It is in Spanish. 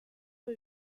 fue